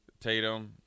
Tatum